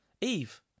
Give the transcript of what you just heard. Eve